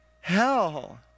hell